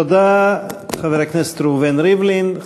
תודה, חבר הכנסת ראובן ריבלין.